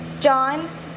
John